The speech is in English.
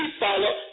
follow